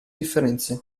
differenze